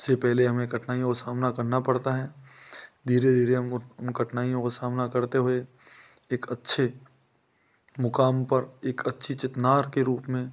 से पहले हमें कठिनाईयों का सामना करना पड़ता है धीरे धीरे हम उन कठिनाइयों को सामना करते हुए एक अच्छे मुकाम पर एक अच्छी चितनार के रूप में